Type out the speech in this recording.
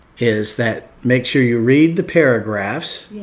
is that make sure you read the paragraphs.